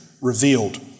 revealed